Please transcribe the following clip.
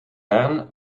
bern